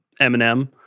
Eminem